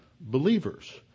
believers